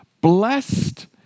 Blessed